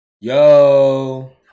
Yo